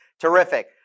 terrific